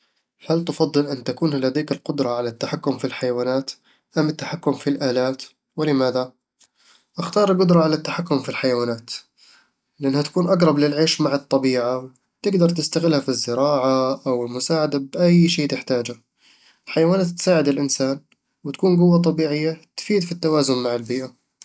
هل تفضل أن تكون لديك القدرة على التحكم في الحيوانات أم التحكم في الآلات؟ ولماذا؟ أختار القدرة على التحكم في الحيوانات لأنها تكون أقرب للعيش مع الطبيعة وتقدر تستغلها في الزراعة أو المساعدة بأي شي تحتاجه الحيوانات تساعد الإنسان وتكون قوة طبيعية تفيد في التوازن مع البيئة